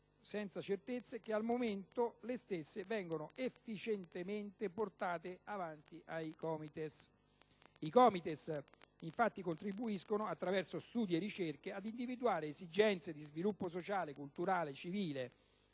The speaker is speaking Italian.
senza incertezze che al momento le stesse vengono efficientemente portate avanti dai COMITES. Questi ultimi, infatti, contribuiscono, attraverso studi e ricerche, ad individuare le esigenze di sviluppo sociale, culturale, civile